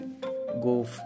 go